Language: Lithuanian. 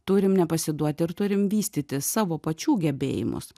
turim nepasiduoti ir turim vystyti savo pačių gebėjimus